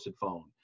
phone